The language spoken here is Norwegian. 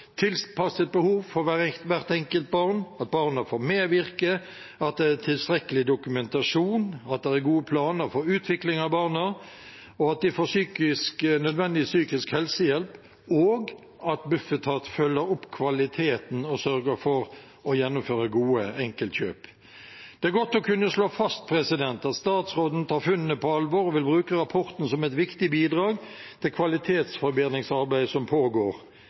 hvert enkelt barn at barnet får medvirke at det er tilstrekkelig dokumentasjon at det er gode planer for utviklingen til barna at de får nødvendig psykisk helsehjelp at Bufetat følger opp kvaliteten og sørger for å gjennomføre gode enkeltkjøp Det er godt å kunne slå fast at statsråden tar funnene på alvor og vil bruke rapporten som et viktig bidrag til kvalitetsforbedringsarbeidet som pågår.